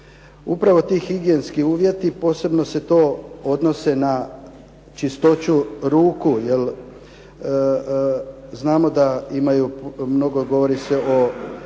Upravo ti higijenski uvjeti, posebno se to odnosi na čistoću ruku jer znamo da se mnogo govori o